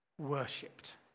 worshipped